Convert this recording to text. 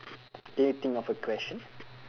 can you think of a question